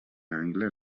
angle